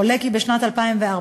היו בשנת 2014